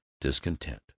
discontent